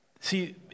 See